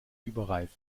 überreif